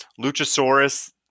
Luchasaurus